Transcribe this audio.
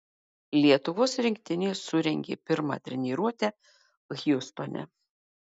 lietuvos rinktinė surengė pirmą treniruotę hjustone